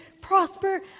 prosper